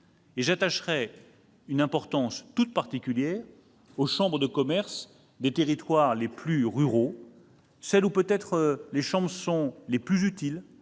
J'attacherai une importance toute particulière aux chambres de commerce des territoires les plus ruraux, là où, peut-être, elles sont les plus utiles,